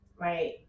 Right